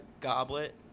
goblet